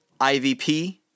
IVP